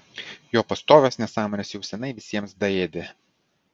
jo pastovios nesąmonės jau seniai visiems daėdė